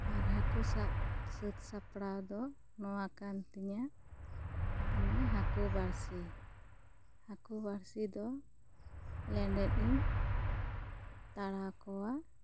ᱟᱨ ᱦᱟᱹᱠᱩ ᱥᱟᱵ ᱥᱟᱹᱛ ᱥᱟᱯᱲᱟᱣ ᱫᱚ ᱱᱚᱣᱟ ᱠᱟᱱ ᱛᱤᱧᱟᱹ ᱚᱱᱮ ᱦᱟᱹᱠᱩ ᱵᱟᱹᱲᱥᱤ ᱦᱟᱹᱠᱩ ᱵᱟᱹᱲᱥᱤ ᱫᱚ ᱞᱮᱸᱰᱮᱜ ᱤᱧ ᱛᱟᱲᱟᱣ ᱠᱚᱣᱟ